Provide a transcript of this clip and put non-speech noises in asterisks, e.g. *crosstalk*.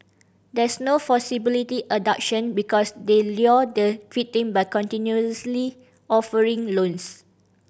there's no *unintelligible* because they lure the *unintelligible* by continuously offering loans